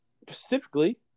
Specifically